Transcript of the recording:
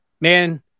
man